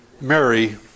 Mary